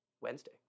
Wednesday